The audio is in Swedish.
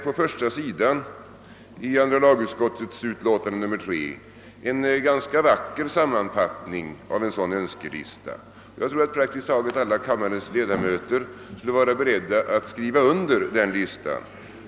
På första sidan i andra lagutskottets utlåtande nr 3 finner vi en ganska vacker sammanfattning av en sådan önskelista. Jag tror att praktiskt taget alla kammarens l1edamöter skulle vara beredda att skriva under den listan.